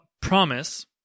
promise